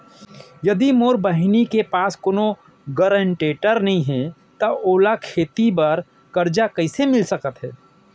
यदि मोर बहिनी के पास कोनो गरेंटेटर नई हे त ओला खेती बर कर्जा कईसे मिल सकत हे?